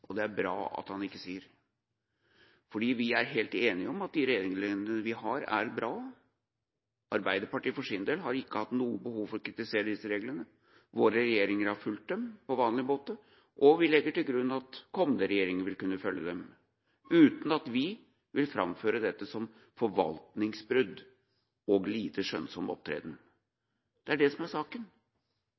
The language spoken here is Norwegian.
praksis. Det var bra at han ikke sa det, for vi er helt enige om at de reglene vi har, er bra. Arbeiderpartiet for sin del har ikke hatt noe behov for å kritisere disse reglene. Våre regjeringer har fulgt dem på vanlig måte, og vi legger til grunn at kommende regjeringer vil kunne følge dem – uten at vi vil framføre dette som forvaltningsbrudd og lite skjønnsom opptreden. Det er det som er saken.